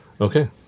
Okay